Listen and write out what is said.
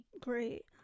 great